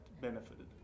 benefited